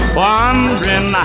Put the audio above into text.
wondering